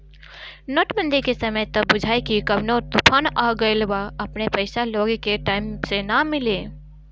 note बंदी के समय त बुझाए की कवनो तूफान आ गईल बा अपने पईसा लोग के टाइम से ना मिले